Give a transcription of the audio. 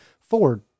Ford